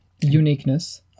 Uniqueness